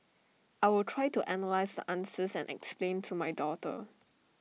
I will try to analyse the answers and explain to my daughter